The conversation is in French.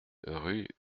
rue